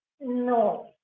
No